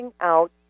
out